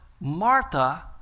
Martha